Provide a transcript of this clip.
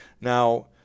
Now